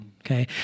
okay